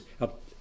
up